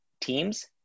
teams